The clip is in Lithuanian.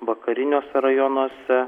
vakariniuose rajonuose